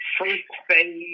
first-phase